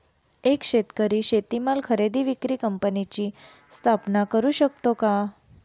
एक शेतकरी शेतीमाल खरेदी विक्री कंपनीची स्थापना करु शकतो का?